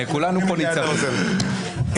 סדר הדיון?